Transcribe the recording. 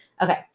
Okay